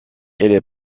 est